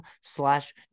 slash